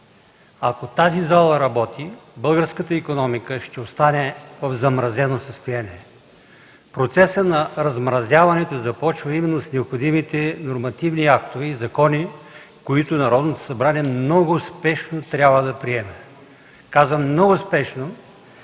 Ако тази зала не работи, българската икономика ще остане в замразено състояние. Процесът на размразяването започва именно с необходимите нормативни актове и закони, които Народното събрание много спешно трябва да приеме. Казвам „много спешно”,